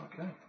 Okay